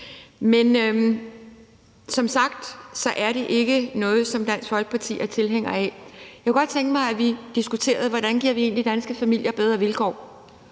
Som sagt er det ikke noget, som Dansk Folkeparti er tilhænger af. Jeg kunne godt tænke mig, at vi diskuterede, hvordan vi egentlig giver danske familier bedre vilkår